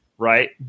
Right